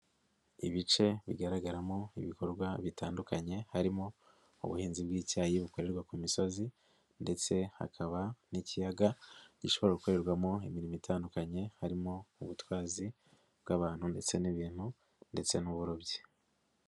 Ibice bigaragaramo ibikorwa bitandukanye harimo ubuhinzi bw'icyayi bukorerwa ku misozi ndetse hakaba n'ikiyaga gishobora gukorerwamo imirimo itandukanye harimo ubutwazi bw'abantu ndetse n'ibintu ndetse n'uburobyi.